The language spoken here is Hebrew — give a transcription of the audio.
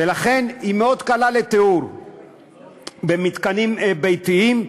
ולכן הם מאוד קלים לטיהור במתקנים ביתיים,